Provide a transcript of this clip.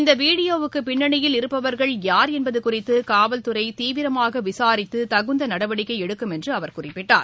இந்த வீடியோ வுக்கு பின்னணியில் இருப்பவர்கள் யார் என்பது குறித்து காவல்துறை தீவிரமாக விசாரித்து தகுந்த நடவடிக்கை எடுக்கும் என்று அவர் குறிப்பிட்டார்